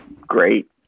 Great